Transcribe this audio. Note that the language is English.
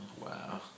wow